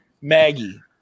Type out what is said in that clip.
Maggie